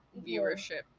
viewership